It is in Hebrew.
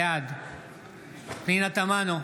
בעד פנינה תמנו,